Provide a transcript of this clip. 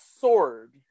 Sword